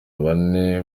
bane